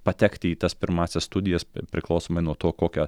patekti į tas pirmąsias studijas priklausomai nuo to kokia